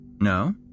No